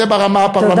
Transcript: זה ברמה הפרלמנטרית,